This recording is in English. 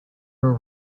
were